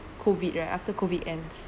COVID right after COVID ends